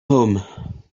home